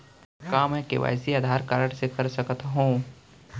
का मैं KYC Aadhaar card से कर सकत हो?